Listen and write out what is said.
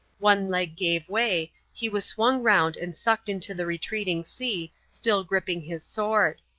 one leg gave way, he was swung round and sucked into the retreating sea, still gripping his sword.